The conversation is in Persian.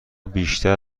بیشتر